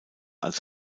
als